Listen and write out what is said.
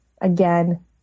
again